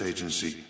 Agency